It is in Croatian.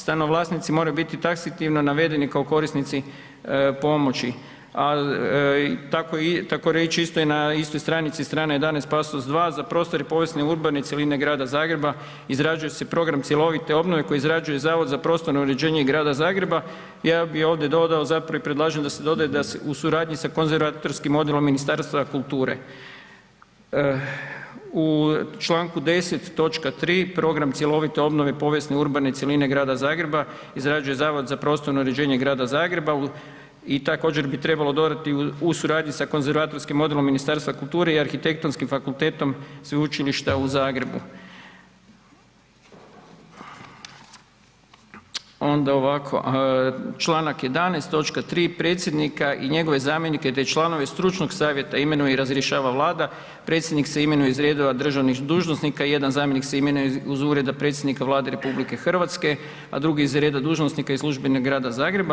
Stano vlasnici moraju biti taksativno navedeni kao korisnici pomoći, takoreći isto na istoj stranici str. 11. pasus 2 „Za prostor i povijesne urbane cjeline Grada Zagreba izrađuje se program cjelovite obnove koji izrađuje Zavod za prostorno uređenje i Grada Zagreba, ja bi ovdje i predlažem da se doda u suradnji sa Konzervatorskim odjelom Ministarstva kulture.“ U čl. 10. točka 3. „Program cjelovite obnove povijesne urbane cjeline Grada Zagreba izrađuje Zavod za prostorno uređenje Grada Zagreba i također bi trebalo dodati u u suradnji sa Konzervatorskim odjelom Ministarstva kulture i Arhitektonskim fakultetom Sveučilišta u Zagrebu.“ Onda ovako, čl. 11. točka 3. „Predsjednika i njegove zamjenike te članove stručnog savjeta imenuje i razrješuje Vlada, predsjednik se imenuje iz redova državnih dužnosnika, jedan zamjenik se imenuje iz Ureda predsjednika Vlade RH, a drugi iz reda dužnosnika i službi Grada Zagreba.